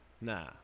Nah